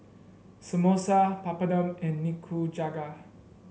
Samosa Papadum and Nikujaga